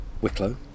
Wicklow